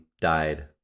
died